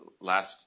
last